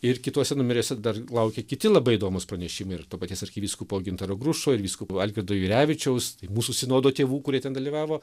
ir kituose numeriuose dar laukia kiti labai įdomūs pranešimai ir to paties arkivyskupo gintaro grušo ir vyskupo algirdo jurevičiaus tai mūsų sinodo tėvų kurie ten dalyvavo